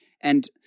and-